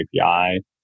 API